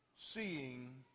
Seeing